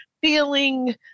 feeling